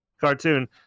cartoon